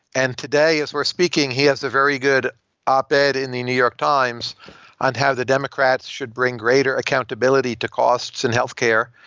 and today as we're speaking, he has a very good op-ed in the new york times on how the democrats should bring greater accountability to costs in healthcare.